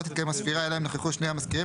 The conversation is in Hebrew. לא תתקיים הספירה אלא אם נכחו שני המזכירים